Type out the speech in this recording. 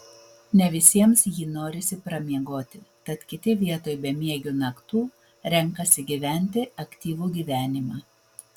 ne visiems jį norisi pramiegoti tad kiti vietoj bemiegių naktų renkasi gyventi aktyvų gyvenimą